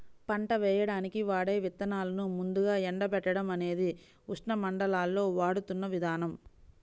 పంట వేయడానికి వాడే విత్తనాలను ముందుగా ఎండబెట్టడం అనేది ఉష్ణమండలాల్లో వాడుతున్న విధానం